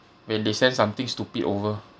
when they send something stupid over